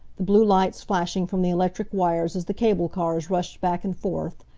the blue lights flashing from the electric wires as the cable cars rushed back and forth,